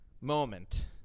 moment